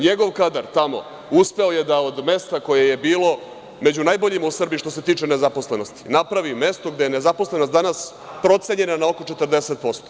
NJegov kadar tamo uspeo je, da od mesta koje je bilo među najboljima u Srbiji što se tiče nezaposlenosti, napravi mesto gde je nezaposlenost danas procenjena na oko 40%